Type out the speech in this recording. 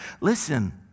listen